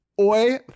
Oi